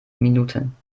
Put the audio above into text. minuten